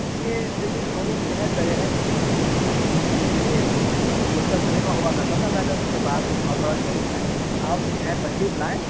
یہ دیکھیے showroom جو ہے دریا گنج میں ہی ہے یہ گولچہ سنیما ہوا کرتا تھا پہلے اس کے پاس بہت بڑا شو روم ہے آپ جو ہیں تشریف لائیں